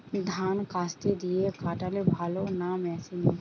ধান কাস্তে দিয়ে কাটলে ভালো না মেশিনে?